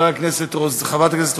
חברת הכנסת רוזין,